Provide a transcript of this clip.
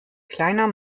kleiner